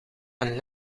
een